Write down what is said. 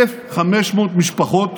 1,500 משפחות